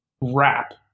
wrap